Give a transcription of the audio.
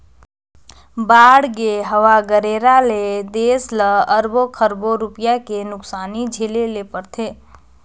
बाड़गे, हवा गरेरा ले देस ल अरबो खरबो रूपिया के नुकसानी झेले ले परथे